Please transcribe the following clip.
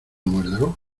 muérdago